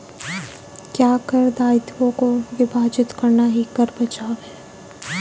क्या कर दायित्वों को विभाजित करना ही कर बचाव है?